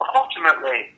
ultimately